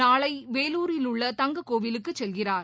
நாளை வேலூரில் உள்ள தங்க கோவிலுக்குச் செல்கிறார்